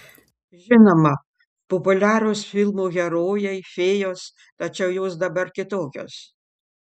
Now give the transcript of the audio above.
žinoma populiarūs filmų herojai fėjos tačiau jos dabar kitokios